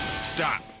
Stop